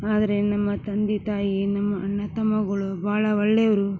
ಆದರೆ ನಮ್ಮ ತಂದೆ ತಾಯಿ ನಮ್ಮ ಅಣ್ಣ ತಮ್ಮಗಳು ಭಾಳ ಒಳ್ಳೆಯವರು